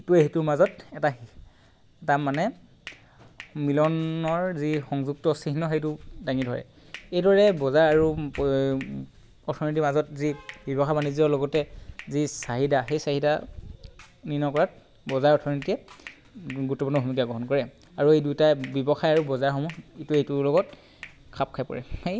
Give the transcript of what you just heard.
ইটোৱে সিটোৰ মাজত এটা এটা মানে মিলনৰ যি সংযুক্ত চিহ্ন সেইটো দাঙি ধৰে এইদৰে বজাৰ আৰু এই অৰ্থনীতিৰ মাজত যি ব্যৱসায় বাণিজ্যৰ লগতে যি চাহিদা সেই চাহিদা নি নকৰাত বজাৰ অৰ্থনীতিয়ে গুৰুত্বপূৰ্ণ ভূমিকা বহন কৰে আৰু এই দুটা ব্যৱসায় আৰু বজাৰসমূহ ইটোৱে সিটোৰ লগত খাপ খাই পৰে হেই